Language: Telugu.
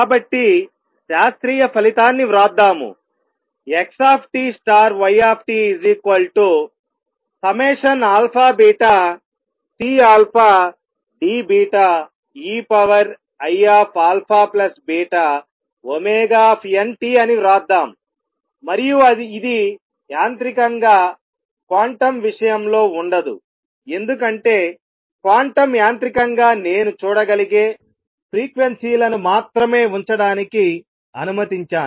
కాబట్టి శాస్త్రీయ ఫలితాన్ని వ్రాద్దాము x y αβCDeiαβωnt అని వ్రాద్దాం మరియు ఇది యాంత్రికంగా క్వాంటం విషయంలో ఉండదు ఎందుకంటే క్వాంటం యాంత్రికంగా నేను చూడగలిగే ఫ్రీక్వెన్సీలను మాత్రమే ఉంచడానికి అనుమతించాను